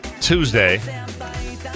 Tuesday